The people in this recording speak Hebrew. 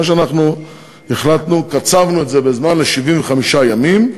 מה שאנחנו החלטנו: קצבנו את זה בזמן ל-75 ימים.